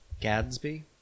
Gadsby